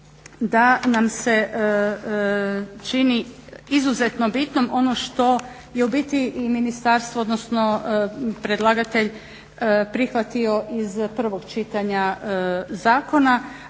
da nam se čini izuzetno bitnim ono što je u biti i ministarstvo odnosno predlagatelj prihvatio iz prvog čitanja zakona,